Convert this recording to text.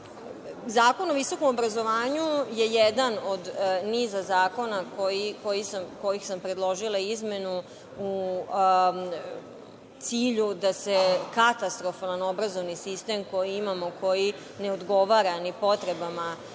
o visokom obrazovanju je jedan od niza zakona kojih sam predložila izmenu u cilju da se katastrofalan obrazovni sistem koji imamo, koji ne odgovara ni potrebama